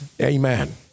Amen